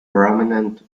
prominent